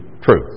truth